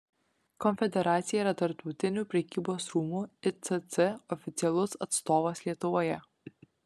konfederacija yra tarptautinių prekybos rūmų icc oficialus atstovas lietuvoje